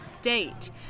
state